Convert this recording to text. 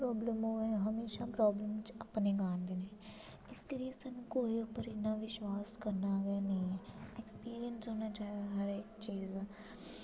कुछ बी प्राॅब्लम होऐ प्राॅब्लम च अपने गै आह्नदे न इस करी स्हान्नूं कुसै पर विश्वास करना गै निं चाहिदा एक्सपिरयंस होना चाहिदा हर इक चीज दा